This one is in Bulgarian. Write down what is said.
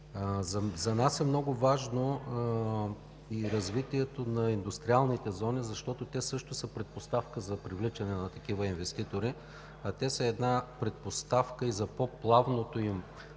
За нас е много важно и развитието на индустриалните зони, защото те също са предпоставка за привличане на такива инвеститори. Те са предпоставка и за по-плавното им